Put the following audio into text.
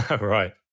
Right